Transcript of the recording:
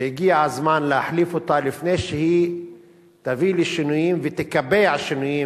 והגיע הזמן להחליף אותה לפני שהיא תביא לשינויים ותקבע שינויים,